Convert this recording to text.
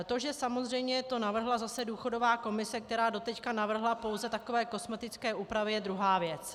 To, že to samozřejmě navrhla zase důchodová komise, která doteď navrhla pouze takové kosmetické úpravy, je druhá věc.